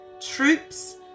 troops